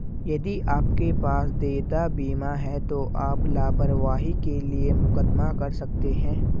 यदि आपके पास देयता बीमा है तो आप लापरवाही के लिए मुकदमा कर सकते हैं